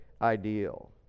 ideal